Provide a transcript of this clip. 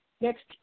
next